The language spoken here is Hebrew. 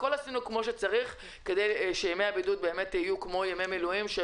הכול עשינו כפי שצריך כדי שימי הבידוד יהיו כמו ימי מילואים.